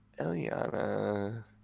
Eliana